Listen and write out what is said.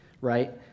right